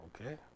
okay